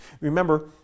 Remember